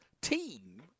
team